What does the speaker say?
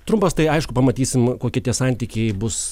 trumpas tai aišku pamatysim kokie tie santykiai bus